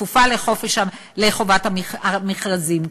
כפופה לחוק חובת המכרזים.